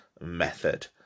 method